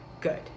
good